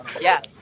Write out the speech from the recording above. yes